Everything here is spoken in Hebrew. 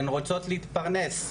הן רוצות להתפרנס,